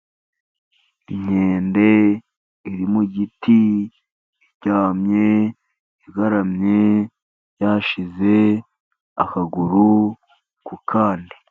Inkende iri mu giti iryamye, igaramye, yashyize akaguru ku kandi.